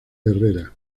herrera